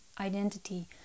identity